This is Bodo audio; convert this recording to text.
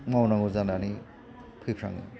मावनांगौ जानानै फैफ्राङो